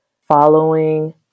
following